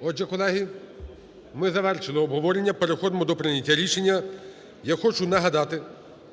Отже, колеги, ми завершили обговорення, переходимо до прийняття рішення. Я хочу нагадати,